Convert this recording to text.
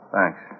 Thanks